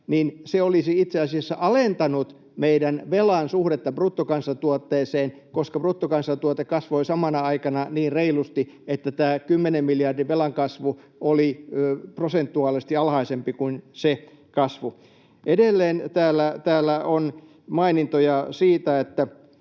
niin se olisi itse asiassa alentanut meidän velan suhdetta bruttokansantuotteeseen, koska bruttokansantuote kasvoi samana aikana niin reilusti, että tämä 10 miljardin velan kasvu oli prosentuaalisesti alhaisempi kuin se kasvu. Edelleen täällä on mainintoja siitä,